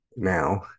Now